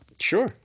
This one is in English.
Sure